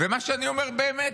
ומה שאני אומר, באמת,